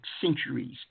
centuries